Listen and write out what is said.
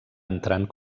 entrant